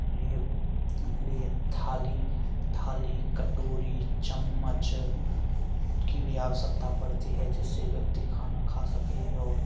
लिए लिए थाली थाली कटोरी चम्मच की भी आवश्यकता पड़ती है जिससे व्यक्ति खाना खा सके और